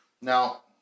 Now